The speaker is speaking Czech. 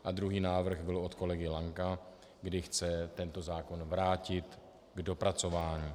A druhý návrh byl od kolegy Lanka, kdy chce tento zákon vrátit k dopracování.